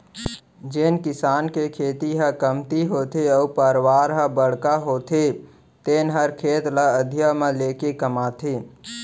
जेन किसान के खेती ह कमती होथे अउ परवार ह बड़का होथे तेने हर खेत ल अधिया म लेके कमाथे